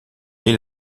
est